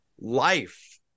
life